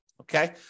Okay